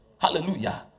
Hallelujah